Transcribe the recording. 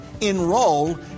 Enroll